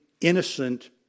innocent